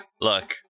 Look